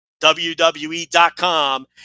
WWE.com